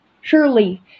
Surely